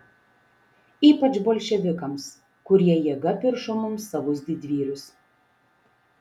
ypač bolševikams kurie jėga piršo mums savus didvyrius